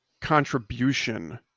contribution